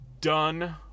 done